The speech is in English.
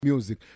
Music